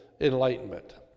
enlightenment